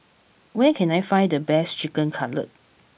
where can I find the best Chicken Cutlet